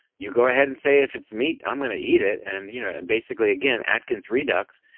you go ahead and say if it's meat i'm gonna eat it, and you know basically again atkins redux,